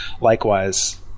Likewise